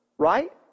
Right